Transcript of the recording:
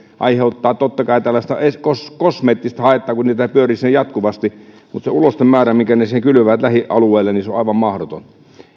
aiheuttaa totta kai tällaista kosmeettista haittaa kun niitä pyörii siinä jatkuvasti mutta se ulostemäärä minkä ne siihen lähialueelle kylvävät on aivan mahdoton